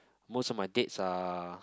most of my dates are